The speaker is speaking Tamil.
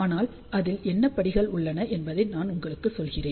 ஆனால் இதில் என்ன படிகள் உள்ளன என்பதை நான் உங்களுக்கு சொல்கிறேன்